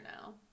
now